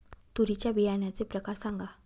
तूरीच्या बियाण्याचे प्रकार सांगा